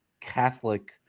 Catholic